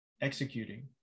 executing